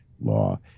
law